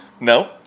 No